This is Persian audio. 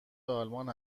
آلمان